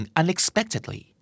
unexpectedly